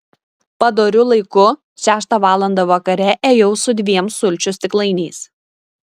padoriu laiku šeštą valandą vakare ėjau su dviem sulčių stiklainiais